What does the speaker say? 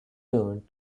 turned